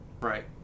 Right